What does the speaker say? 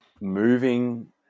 moving